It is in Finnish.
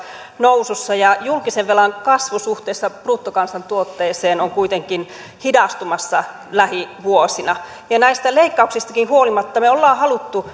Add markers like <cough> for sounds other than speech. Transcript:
nousussa ja julkisen velan kasvu suhteessa bruttokansantuotteeseen on kuitenkin hidastumassa lähivuosina näistä leikkauksistakin huolimatta me olemme halunneet <unintelligible>